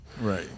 Right